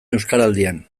euskaraldian